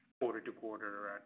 quarter-to-quarter